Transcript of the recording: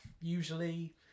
usually